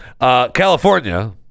California